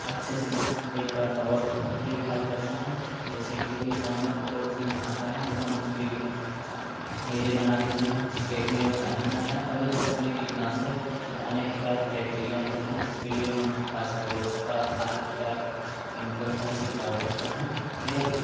अच्छे से एक बार और देखभाल करते हैं जैसे कि कोई जानवर अगर उसमें आता है तो हम उसके लिए चा घेरे बना देते हैं खेत में वो जाने न पाए अगर उसमें कीटनाशक या अनेक प्रकार के बैक्टेरिया पड़ते हैं उसके लिए हम लोग फास्फोरस और आदि प्रकार कि केमिकल का छिड़काव करते हैं यदि